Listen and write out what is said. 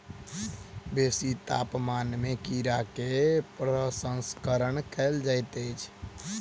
बेसी तापमान में कीड़ा के प्रसंस्करण कयल जाइत अछि